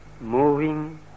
moving